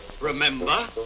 remember